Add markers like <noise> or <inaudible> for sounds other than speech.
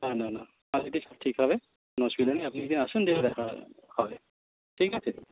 না না না <unintelligible> ঠিক হবে কোনো অসুবিধা নেই আপনি যদি আসেন দিয়ে দেখা হবে হবে ঠিক আছে